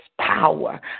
power